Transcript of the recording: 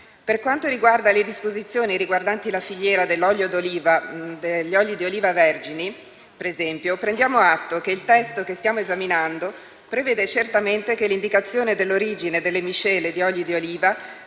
Per quanto riguarda le disposizioni riguardanti la filiera degli oli di oliva vergini, ad esempio, prendiamo atto che il testo che stiamo esaminando prevede certamente che l'indicazione dell'origine delle miscele di oli d'oliva